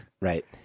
right